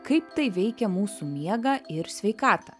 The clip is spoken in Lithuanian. kaip tai veikia mūsų miegą ir sveikatą